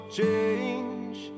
change